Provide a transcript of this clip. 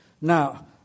Now